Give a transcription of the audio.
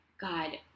God